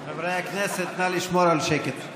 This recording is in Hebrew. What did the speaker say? חברי הכנסת, נא לשמור על שקט.